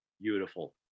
Beautiful